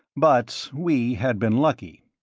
but we had been lucky.